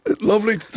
Lovely